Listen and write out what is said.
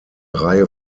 reihe